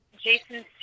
jason